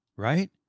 right